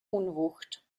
unwucht